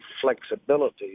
flexibility